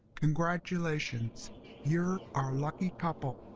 congratulations you're our lucky couple!